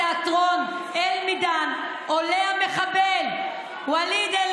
שבה, בתיאטרון אל-מידאן, עולה המחבל וליד,